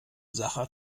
sacher